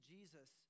Jesus